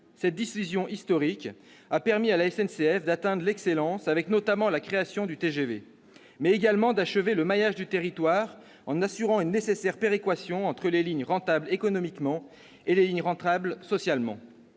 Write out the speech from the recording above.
Cette décision historique a permis à la SNCF non seulement d'atteindre l'excellence, notamment avec la création du TGV, mais aussi d'achever le maillage du territoire en assurant une nécessaire péréquation entre les lignes rentables économiquement et les lignes rentables socialement.